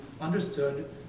understood